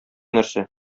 нәрсә